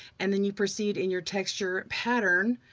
and then you proceed in your texture pattern.